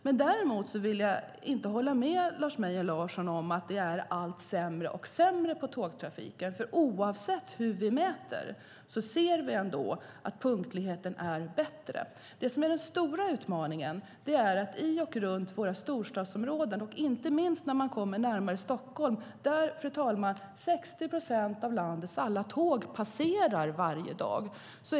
Jag håller inte med Lars Mejern Larsson om att det har blivit sämre och sämre i tågtrafiken. Oavsett hur vi mäter kan vi se att punktligheten har blivit bättre. Den stora utmaningen finns i och runt våra storstadsområden, och det gäller inte minst Stockholm, där 60 procent av landets alla tåg passerar varje dag.